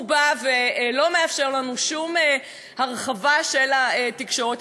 הוא בא ולא מאפשר לנו שום הרחבה של התקשורת,